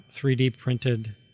3D-printed